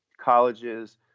colleges